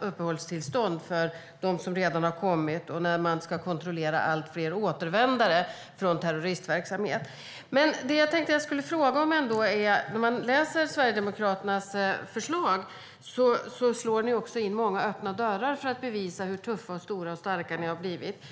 uppehållstillstånd för dem som redan har kommit och när man ska kontrollera allt fler återvändare från terroristverksamhet. När man läser Sverigedemokraternas förslag får man intrycket av att ni slår in många öppna dörrar för att bevisa hur tuffa, stora och starka ni har blivit.